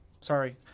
Sorry